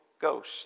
Ghost